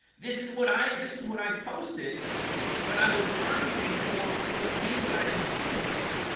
this is what i this is what i posted when i was arguing for what these guys are talking about